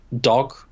dog